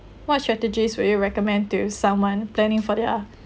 what strategies will you recommend to someone planning for their